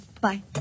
Bye